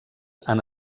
han